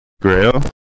Grail